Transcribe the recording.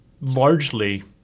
largely